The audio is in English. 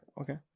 Okay